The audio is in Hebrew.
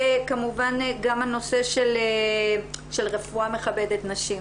וכמובן גם הנושא של רפואה מכבדת נשים.